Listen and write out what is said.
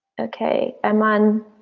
okay, i'm on